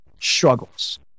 struggles